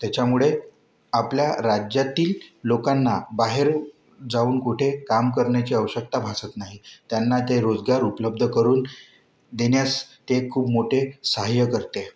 त्याच्यामुळे आपल्या राज्यातील लोकांना बाहेर जाऊन कुठे काम करण्याची आवश्यकता भासत नाही त्यांना ते रोजगार उपलब्ध करून देण्यास ते खूप मोथे सहाय्य करते